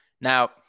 Now